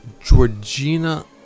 Georgina